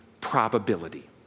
probability